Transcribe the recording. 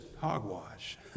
hogwash